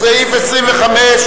סעיף 25,